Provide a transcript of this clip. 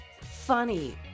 funny